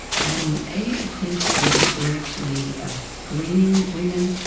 um eighty percent of them were actually screening women,